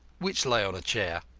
which lay on a chair.